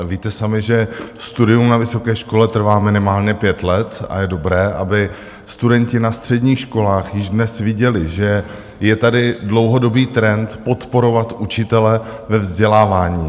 Víte sami, že studium na vysoké škole trvá minimálně pět let, a je dobré, aby studenti na středních školách již dnes viděli, že je tady dlouhodobý trend podporovat učitele ve vzdělávání.